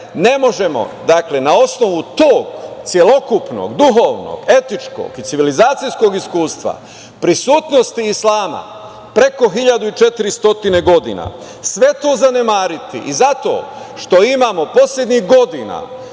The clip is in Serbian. možemo na osnovu tog celokupnog, duhovnog, etičkog i civilizacijskog iskustva, prisutnosti islama preko 1.400 godina sve to zanemariti, zato što imamo poslednjih godina